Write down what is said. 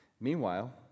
meanwhile